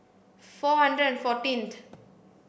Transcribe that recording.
four hundred and fourteenth